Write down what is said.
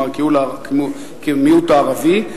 כמיעוט הערבי,